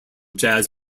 jazz